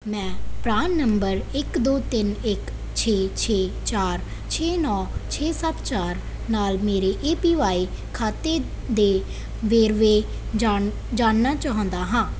ਮੈਂ PRAN number ਇੱਕ ਦੋ ਤਿੰਨ ਇੱਕ ਛੇ ਛੇ ਚਾਰ ਛੇ ਨੌ ਛੇ ਸੱਤ ਚਾਰ ਨਾਲ ਮੇਰੇ ਏ ਪੀ ਵਾਈ ਖਾਤੇ ਦੇ ਵੇਰਵੇ ਜਾਣਨ ਜਾਣਨਾ ਚਾਹੁੰਦਾ ਹਾਂ